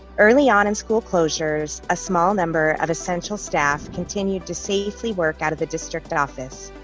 early on in school closures a small number of essential staff continued to safely work out of the district office,